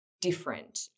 different